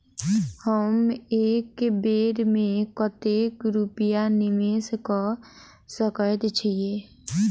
हम एक बेर मे कतेक रूपया निवेश कऽ सकैत छीयै?